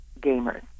gamers